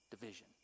division